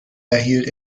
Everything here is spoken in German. erhielt